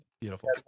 beautiful